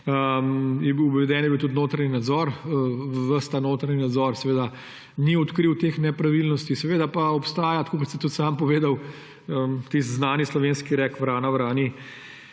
Uveden je bil tudi notranji nadzor. Ves ta notranji nadzor ni odkril teh nepravilnosti, seveda pa obstaja, tako kot ste tudi sami povedali, tisti znani slovenski rek, vrana vrani